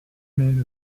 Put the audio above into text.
made